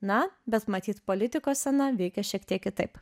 na bet matyt politikos scena veikia šiek tiek kitaip